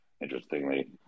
Interestingly